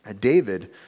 David